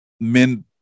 men